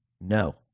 no